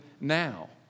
now